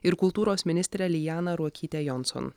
ir kultūros ministrę lianą ruokytę jonson